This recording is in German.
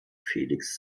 felix